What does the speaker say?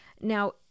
Now